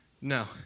No